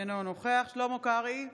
אינו נוכח שלמה קרעי,